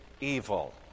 evil